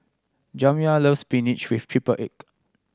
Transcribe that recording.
Jamya loves spinach with triple egg